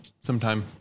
sometime